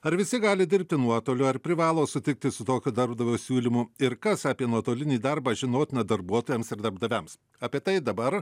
ar visi gali dirbti nuotoliu ar privalo sutikti su tokio darbdavio siūlymu ir kas apie nuotolinį darbą žinotina darbuotojams ir darbdaviams apie tai dabar